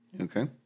Okay